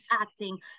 acting